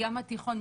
הים התיכון,